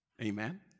Amen